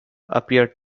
appeared